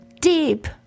Deep